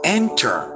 enter